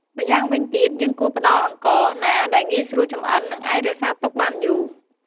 ម្យ៉ាងវិញទៀត យើងគួរផ្ដល់អង្ករណាដែលងាយស្រួលចម្អិន និងអាចរក្សាទុកបានយូរ។